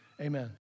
amen